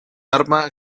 arma